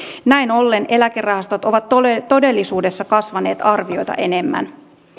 näin ollen eläkerahastot ovat todellisuudessa kasvaneet arvioita enemmän